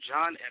John